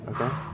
Okay